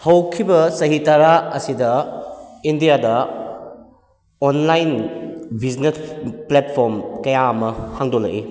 ꯍꯧꯈꯤꯕ ꯆꯍꯤ ꯇꯔꯥ ꯑꯁꯤꯗ ꯏꯟꯗꯤꯌꯥꯗ ꯑꯣꯟꯂꯥꯏꯟ ꯕꯤꯖꯤꯅꯦꯁ ꯄ꯭ꯂꯦꯠꯐꯣꯝ ꯀꯌꯥ ꯑꯃ ꯍꯥꯡꯗꯣꯛꯂꯛꯏ